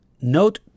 Note